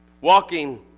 walking